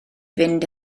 fynd